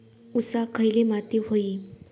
ऊसाक खयली माती व्हयी?